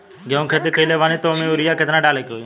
गेहूं के खेती कइले बानी त वो में युरिया केतना डाले के होई?